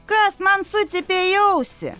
kas man sucypė į ausį